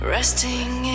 Resting